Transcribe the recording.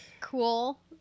cool